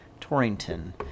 Torrington